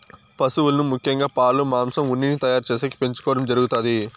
పసువులను ముఖ్యంగా పాలు, మాంసం, ఉన్నిని తయారు చేసేకి పెంచుకోవడం జరుగుతాది